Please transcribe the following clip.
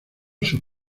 sus